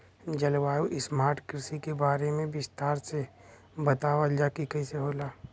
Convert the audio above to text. जलवायु स्मार्ट कृषि के बारे में विस्तार से बतावल जाकि कइसे होला?